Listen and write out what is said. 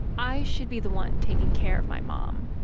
i should be the one taking care of my mom,